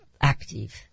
active